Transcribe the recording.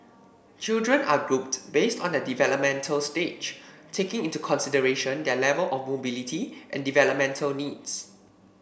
children are grouped based on their developmental stage taking into consideration their level of mobility and developmental needs